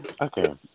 Okay